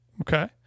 Okay